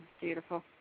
Beautiful